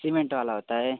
cement वाला होता है